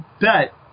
bet